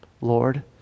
Lord